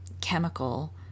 Chemical